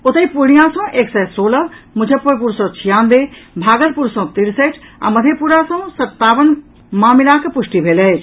ओतहि पूर्णियां सॅ एक सय सोलह मुजफ्फरपुर सॅ छियानवे भागलपुर सॅ तिरसठि आ मधेपुरा सॅ सत्तावन मामिलाक पुष्टि भेल अछि